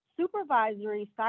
Supervisory